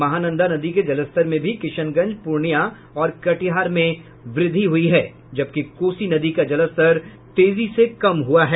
महानंदा नदी के जलस्तर में भी किशनगंज पूर्णिया और कटिहार में वृद्धि हुई है जबकि कोसी नदी का जलस्तर तेजी से कम हुआ है